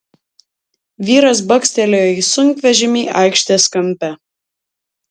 vyras bakstelėjo į sunkvežimį aikštės kampe